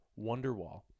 Wonderwall